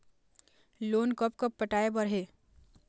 Loan कब कब पटाए बर हे?